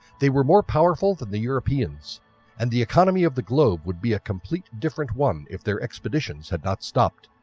they were more powerful than the europeans and the economy of the globe would be a complete different one if their expeditions had not stopped.